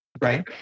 Right